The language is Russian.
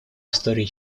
истории